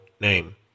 name